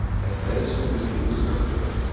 let those who refuse look to it.